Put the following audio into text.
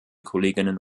kolleginnen